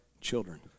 children